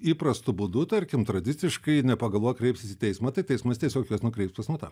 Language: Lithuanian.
įprastu būdu tarkim tradiciškai nepagalvoję kreipsis į teismą tai teismas tiesiog juos nukreips pas notarą